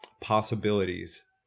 possibilities